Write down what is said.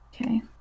Okay